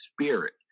spirit